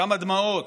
כמה דמעות,